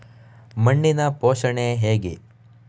ಮಣ್ಣಿನ ಪೋಷಣೆ ಹೇಗೆ?